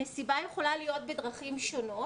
המסיבה יכולה להיות בדרכים שונות.